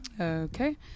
Okay